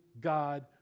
God